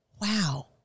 wow